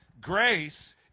grace